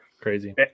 Crazy